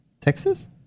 Texas